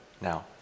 now